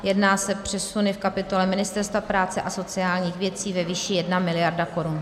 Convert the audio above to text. Jedná se o přesuny v kapitole Ministerstva práce a sociálních věcí ve výši 1 mld. korun.